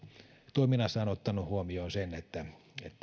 toiminnassaan ottanut huomioon sen että